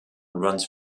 runs